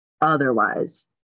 otherwise